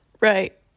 right